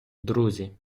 друзі